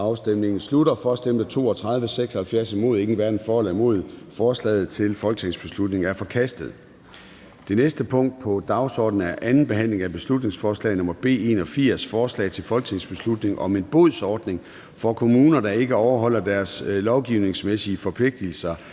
hverken for eller imod stemte 0. Forslaget til folketingsbeslutning er forkastet. --- Det næste punkt på dagsordenen er: 53) 2. (sidste) behandling af beslutningsforslag nr. B 81: Forslag til folketingsbeslutning om en bodsordning for kommuner, der ikke overholder deres lovgivningsmæssige forpligtelser.